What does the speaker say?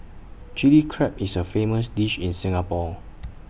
Chilli Crab is A famous dish in Singapore